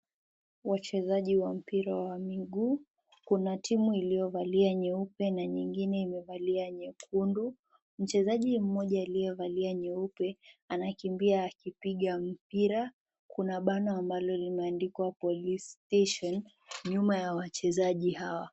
Wachezaji wa mpira wa miguu. Kuna timu iliyovalia nyeupe na nyingine imevalia nyekundu. Mchezaji mmoja aliyevalia nyeupe anakimbia akipiga mpira. Kuna bango ambalo limeandikwa police station nyuma ya wachezaji hawa.